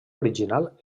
original